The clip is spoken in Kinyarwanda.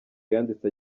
yanditse